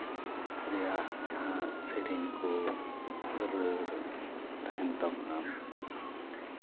ᱨᱮᱭᱟᱜ ᱡᱟᱦᱟᱸ ᱥᱮᱨᱮᱧ ᱠᱚ ᱨᱟᱹᱲ ᱛᱟᱦᱮᱱ ᱛᱟᱵᱚᱱᱟ